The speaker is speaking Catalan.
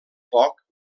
poc